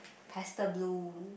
pastel blue